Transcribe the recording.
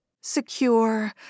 secure